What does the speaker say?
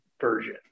version